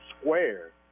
square